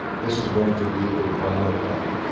this is going to be a browner country.